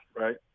right